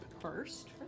first